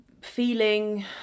feeling